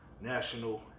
national